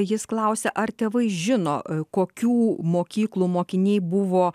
jis klausia ar tėvai žino kokių mokyklų mokiniai buvo